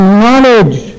knowledge